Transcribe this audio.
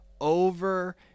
over